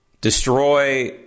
destroy